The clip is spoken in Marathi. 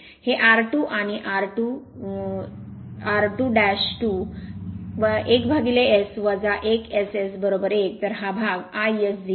हे r 2 आणि r2 2 1S 1 S S1 तर हा भाग iS0